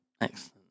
Excellent